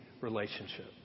relationship